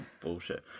bullshit